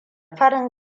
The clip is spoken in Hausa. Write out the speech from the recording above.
farin